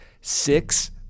six